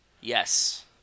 Yes